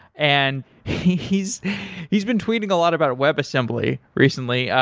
and he's he's been tweeting a lot about web assembly recently.